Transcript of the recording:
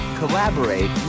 collaborate